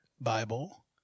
Bible